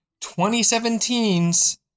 2017's